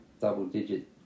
double-digit